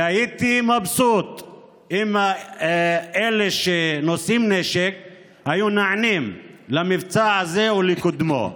והייתי מבסוט אם אלה שנושאים נשק היו נענים למבצע הזה ולקודמו.